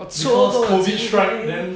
我错过了今天